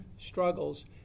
struggles